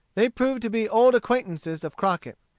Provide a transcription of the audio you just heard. they proved to be old acquaintances of crockett.